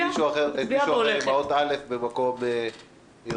ומישהו אחר באות א' במקום אחר.